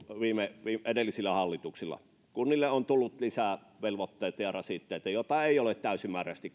edellisillä hallituksilla kunnille on tullut lisää velvoitteita ja rasitteita joita ei ole täysimääräisesti